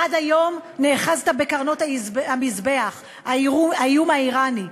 עד היום נאחזת בקרנות המזבח: האיום האיראני,